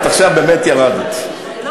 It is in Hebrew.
זה